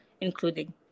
including